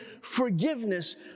forgiveness